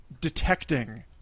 detecting